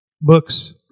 books